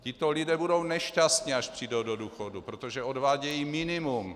Tito lidé budou nešťastní, až přijdou do důchodu, protože odvádějí minimum.